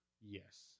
Yes